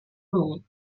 role